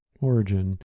Origin